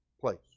place